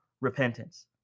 repentance